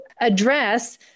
address